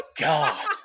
god